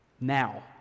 Now